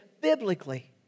biblically